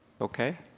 Okay